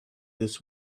this